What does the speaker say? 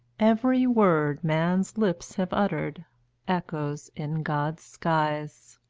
every word man's lips have uttered echoes in god's skies.